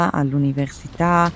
all'università